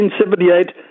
1978